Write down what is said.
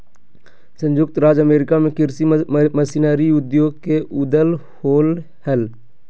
संयुक्त राज्य अमेरिका में कृषि मशीनरी उद्योग के उदय होलय हल